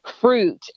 fruit